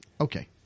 Okay